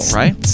right